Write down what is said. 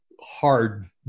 hard